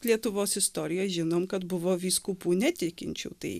lietuvos istorijoj žinom kad buvo vyskupų netikinčių tai